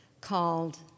called